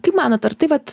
kaip manot ar taip vat